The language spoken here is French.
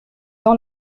dans